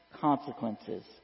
consequences